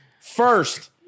First